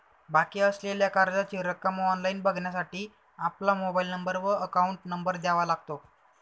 बाकी असलेल्या कर्जाची रक्कम ऑनलाइन बघण्यासाठी आपला मोबाइल नंबर व अकाउंट नंबर द्यावा लागतो